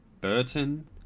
Burton